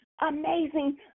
amazing